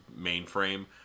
mainframe